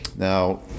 Now